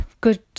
good